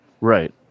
right